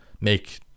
make